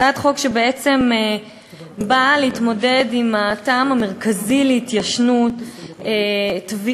זו הצעת חוק שבעצם באה להתמודד עם הטעם המרכזי להתיישנות תביעה,